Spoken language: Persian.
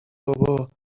بابا